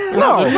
no.